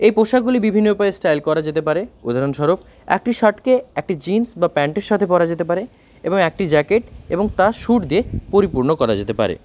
এই পোশাকগুলি বিভিন্ন উপায়ে স্টাইল করা যেতে পারে উদাহরণস্বরূপ একটি শার্টকে একটি জিন্স বা প্যান্টের সাথে পরা যেতে পারে এবং একটি জ্যাকেট এবং তার স্যুট দিয়ে পরিপূর্ণ করা যেতে পারে